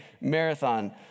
marathon